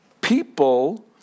people